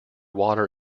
water